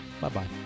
bye-bye